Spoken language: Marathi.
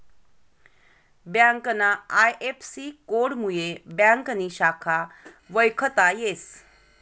ब्यांकना आय.एफ.सी.कोडमुये ब्यांकनी शाखा वयखता येस